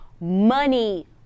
money